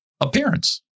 appearance